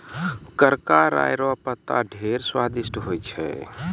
करका राय रो पत्ता ढेर स्वादिस्ट होय छै